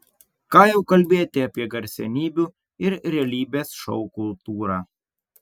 ką jau kalbėti apie garsenybių ir realybės šou kultūrą